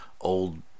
old